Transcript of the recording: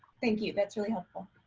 thank you. that's really helpful.